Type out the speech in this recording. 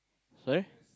sorry